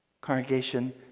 congregation